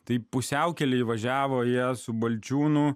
taip pusiaukelėje įvažiavo ją su balčiūnu